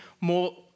more